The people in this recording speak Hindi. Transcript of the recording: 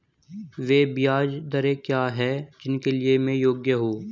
वे ब्याज दरें क्या हैं जिनके लिए मैं योग्य हूँ?